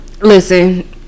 listen